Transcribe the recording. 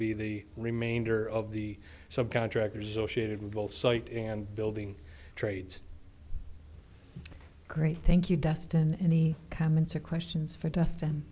be the remainder of the subcontractors associated with all site and building trades great thank you destine any comments or questions from justin